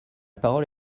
parole